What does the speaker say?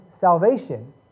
salvation